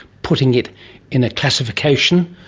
putting it in a classification,